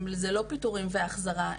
זה לא פיטורים והחזרה,